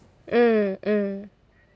mm mm